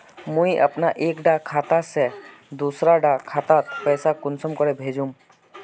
मुई अपना एक कुंडा खाता से दूसरा डा खातात पैसा कुंसम करे भेजुम?